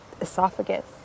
esophagus